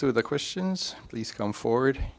to the questions please come forward